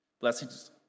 blessings